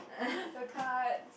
the cards